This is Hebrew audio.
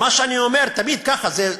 מה שאני אומר, תמיד ככה זה.